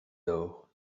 dort